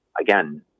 again